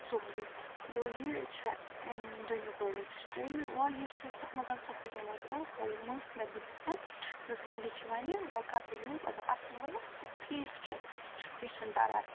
سورُے گوٚو یہِ چھےٚ اَمہِ دوٚیمہِ پرٛوٚڈَکٹٕچ ترٛیٚیِم وۄنۍ یُس یہِ تَتھ منٛز سۄ ہُریمٕژ ٲس سۄے مٔژھ مےٚ بٕتھِس مےٚ دوٚپ سَہلٕے چھُ وَنہِ وۄنۍ کَرٕ بہٕ یوٗز اَگر اَصٕل اوس ٹھیٖک چھُ کیٚنٛہہ چھُنہٕ پَرواے